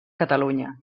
catalunya